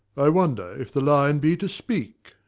i wonder if the lion be to speak.